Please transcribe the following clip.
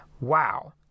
Wow